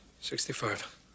Sixty-five